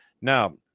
Now